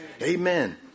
Amen